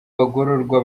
bagororwa